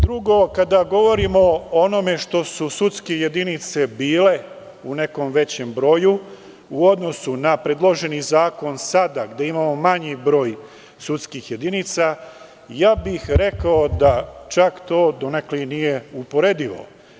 Drugo, kada govorimo o onome što su sudske jedinice bile u nekom većem broju u odnosu na predloženi zakon sada, gde imamo manji broj sudskih jedinica, rekao bih da to čak donekle nije uporedivo.